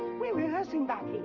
we're rehearsing back